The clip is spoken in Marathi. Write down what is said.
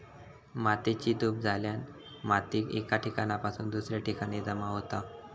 मातेची धूप झाल्याने माती एका ठिकाणासून दुसऱ्या ठिकाणी जमा होता